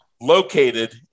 located